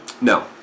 No